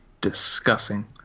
discussing